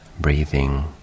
breathing